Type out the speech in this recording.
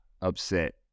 upset